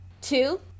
Two